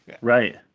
Right